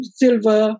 silver